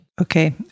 Okay